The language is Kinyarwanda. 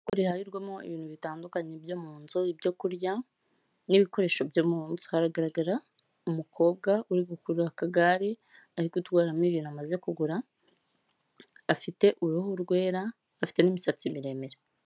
Isoko rihahirwamo ibintu bitandukanye byo mu nzu, ibyo kurya n'ibikoresho byo mu nzu, haragaragara umukobwa uri gukurura akagare, arigutwaramo ibintu amaze kugura, afite uruhu rwera, afite n'imisatsi miremire.